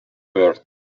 birth